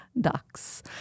ducks